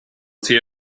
tea